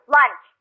Lunch